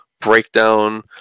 breakdown